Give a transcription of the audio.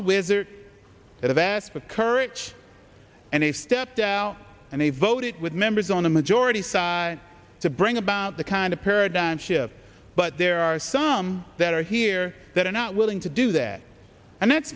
the wizard that yvette's of courage and they stepped out and they voted with members on the majority side to bring about the kind of paradigm shift but there are some that are here that are not willing to do that and that's